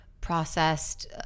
processed